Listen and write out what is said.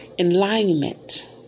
alignment